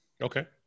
Okay